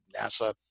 NASA